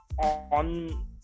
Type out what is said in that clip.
On